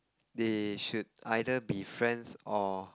they should either be friends or